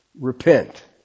repent